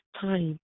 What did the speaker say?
time